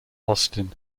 austin